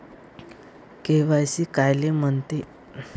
KYC कायले म्हनते?